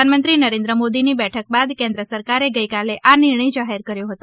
પ્રધાનમંત્રી નરેન્દ્ર મોદીની બેઠક બાદ કેન્દ્ર સરકારે ગઈકાલે આ નિર્ણય જાહેર કર્યો હતો